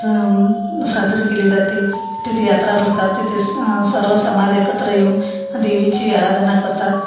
स साजरी केली जाते तेथे यात्रा भरतात तेथे स सर्व समाज एकत्र येऊन देवीची आराधना करतात